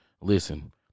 Listen